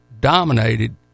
dominated